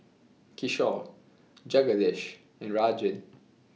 Kishore Jagadish and Rajan